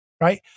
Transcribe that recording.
right